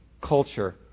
culture